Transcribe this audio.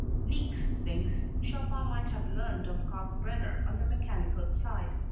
niecks thinks chopin might have learned of kalkbrenner on the mechanical side.